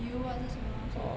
油还是什么东西